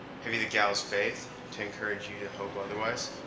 have you the gal's faith, to encourage you to hope otherwise?